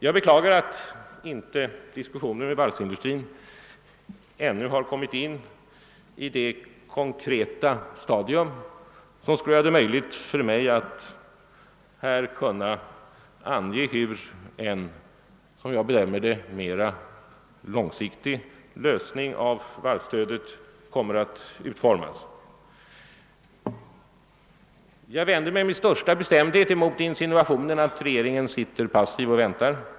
Jag beklagar att diskussionerna med varvsindustrin ännu inte har kommit in i det konkreta stadium som skulle göra det möjligt för mig att här ange hur en som jag bedömer det mera långsiktig lösning av varvsstödet kommer att utformas. Jag vänder mig med största bestämdhet mot insinuationen att regeringen förhåller sig passiv och bara väntar.